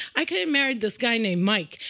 i could have married this guy named mike.